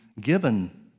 given